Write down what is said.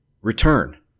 return